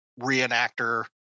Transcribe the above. reenactor